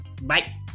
Bye